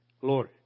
glory